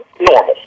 normal